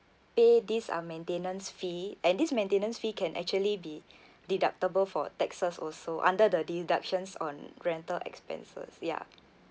pay these uh maintenance fee and this maintenance fee can actually be deductible for taxes also under the deductions on rental expenses ya